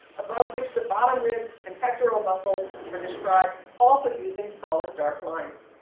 above which the bottom ribs and pectoral muscles, are described, also using solid dark lines.